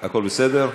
הכול בסדר?